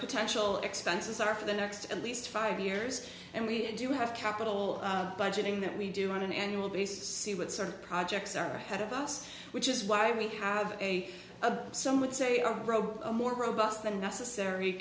potential expenses are for the next at least five years and we do have capital budgeting that we do on an annual basis see what sort of projects are ahead of us which is why we have a some would say a rope a more robust than necessary